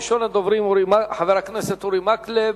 ראשון הדוברים, חבר הכנסת אורי מקלב,